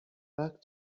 back